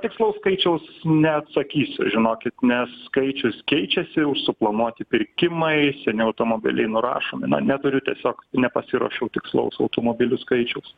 tikslaus skaičiaus neatsakysiu žinokit nes skaičius keičiasi jau suplanuoti pirkimai seni automobiliai nurašomi na neturiu tiesiog nepasiruošiau tikslaus automobilių skaičiaus